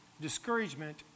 discouragement